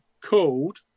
called